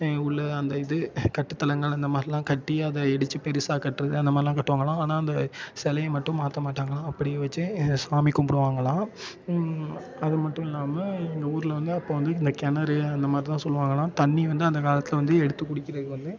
எங்கள் ஊரில் அந்த இது கட்டுத்தலங்கள் இந்த மாதிரிலாம் கட்டி அதை இடித்து பெருசாக கட்டுறது அந்த மாதிரிலாம் கட்டுவாங்களாம் ஆனால் அந்த செலைய மட்டும் மாற்ற மாட்டங்களாம் அப்படியே வெச்சு சாமி கும்பிடுவாங்களாம் அதுமட்டும் இல்லாமல் எங்கள் ஊரில் வந்து அப்போ வந்து இந்த கிணறு அந்த மாதிரி தான் சொல்வாங்களாம் தண்ணி வந்து அந்த காலத்தில் வந்து எடுத்து குடிக்கிறதுக்கு வந்து